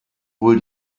wohl